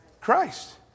Christ